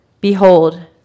Behold